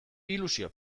ilusioa